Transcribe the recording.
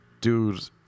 dude